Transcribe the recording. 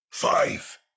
Five